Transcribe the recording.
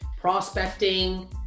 prospecting